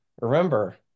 remember